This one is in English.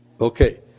Okay